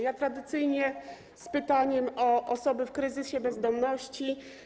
Ja tradycyjnie z pytaniem o osoby w kryzysie bezdomności.